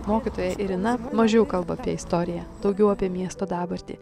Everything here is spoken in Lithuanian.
mokytoja irina mažiau kalba apie istoriją daugiau apie miesto dabartį